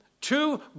Two